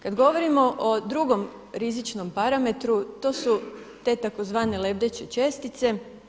Kad govorimo o drugom rizičnom parametru to tu te tzv. lebdeće čestice.